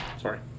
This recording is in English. Sorry